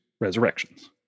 Resurrections